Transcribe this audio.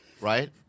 right